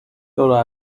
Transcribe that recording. thought